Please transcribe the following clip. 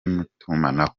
n’itumanaho